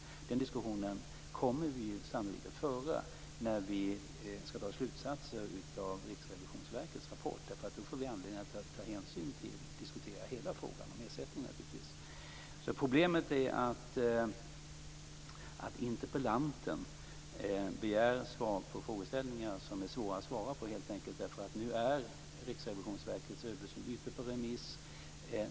Den diskussionen kommer vi sannolikt att föra när vi skall dra slutsatser av Riksförsäkringsverkets rapport. Då får vi anledning att ta hänsyn till och diskutera hela frågan om ersättning. Problemet är att interpellanten begär svar på frågeställningar som är svåra att svara på helt enkelt därför att nu är Riksförsäkringsverkets översyn ute på remiss.